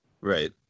Right